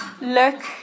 Look